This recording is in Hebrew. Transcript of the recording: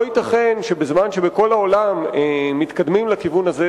לא ייתכן שבזמן שבכל העולם מתקדמים לכיוון הזה,